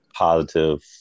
positive